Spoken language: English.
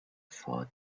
for